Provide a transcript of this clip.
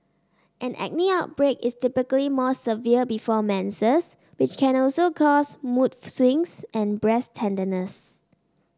an acne outbreak is typically more severe before menses which can also cause mood swings and breast tenderness